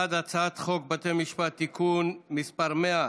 בעד הצעת חוק בתי המשפט (תיקון מס' 100)